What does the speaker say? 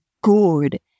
good